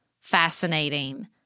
fascinating